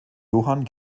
johann